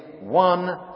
one